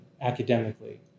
academically